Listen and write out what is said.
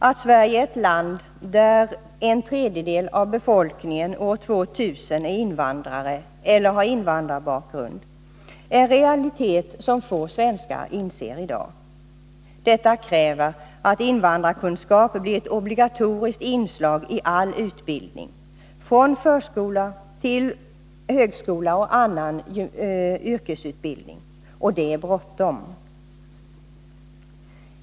Att Sverige är ett land där en tredjedel av befolkningen år 2000 är invandrare eller har invandrarbakgrund är en realitet som få svenskar inser i dag. Detta kräver att invandrarkunskap blir ett obligatoriskt inslag i all utbildning — från förskola till högskola och annan yrkesutbildning. Och det är bråttom.